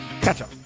Ketchup